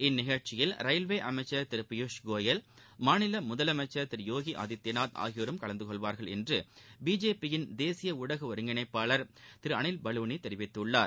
இந்த நிகழ்ச்சியில் ரயில்வே அமைச்சர் திரு பியூஷ் கோயல் மாநில முதலமைச்சர் திரு யோகி ஆதித்யநாத் ஆகியோரும் கலந்து கொள்வார்கள் என்று பிஜேபியின் தேசிய ஊடக ஒருங்கிணைப்பாளர் திரு அனில் பலூனி தெரிவித்தார்